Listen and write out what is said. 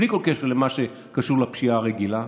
בלי כל קשר למה שקשור לפשיעה הרגילה.